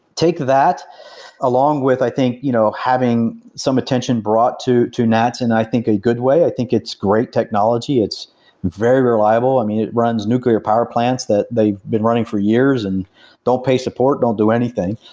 take that along with i think you know having some attention brought to to nats, and i think a good way, i think it's great technology, it's very reliable. i mean, it runs nuclear power plants that they've been running for years and don't pay support, don't do anything.